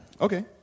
Okay